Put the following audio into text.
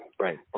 Right